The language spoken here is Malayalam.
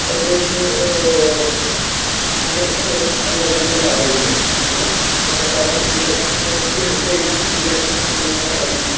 അതിൻ്റെ ഒരു മണിബാക്കും വരും അത് കഴിഞ്ഞിട്ടുള്ള കവറേജും വരും സാർ അതിൽ സാർ സാറ് ഫിഫ്റ്റി ലാഖ്സിന് പോളിസി എടുത്തു കഴിഞ്ഞാൽ ഫിഫ്റ്റി ലാഖ്സ് ഫുള്ളായിട്ടു അടയ്ക്കണ്ട